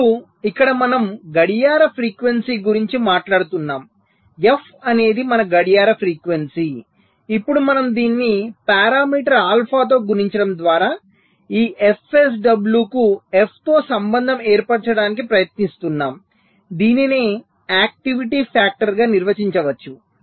ఇప్పుడు ఇక్కడ మనము గడియార ఫ్రీక్వెన్సీ గురించి మాట్లాడుతున్నాము f అనేది మన గడియార ఫ్రీక్వెన్సీ ఇప్పుడు మనము దీనిని పారామీటర్ ఆల్ఫాతో గుణించడం ద్వారా ఈ fSW కు f తో సంబంధం ఏర్పరచడానికి ప్రయత్నిస్తున్నాము దీనినే ఆక్టివిటీ ఫాక్టర్ గా నిర్వచించవచ్చు